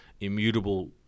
immutable